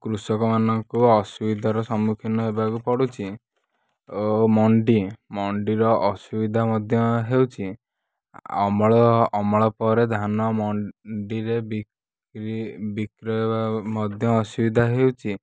କୃଷକ ମାନଙ୍କୁ ଅସୁବିଧାର ସମ୍ମୁଖୀନ ହେବାକୁ ପଡୁଛି ଓ ମଣ୍ଡି ମଣ୍ଡିର ଅସୁବିଧା ମଧ୍ୟ ହେଉଛି ଅମଳ ଅମଳ ପରେ ଧାନ ମଣ୍ଡିରେ ବିକ୍ରି ବିକ୍ରୟ ମଧ୍ୟ ଅସୁବିଧା ହେଉଛି